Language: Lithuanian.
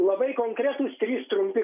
labai konkretūs trys trumpi